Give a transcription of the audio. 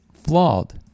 flawed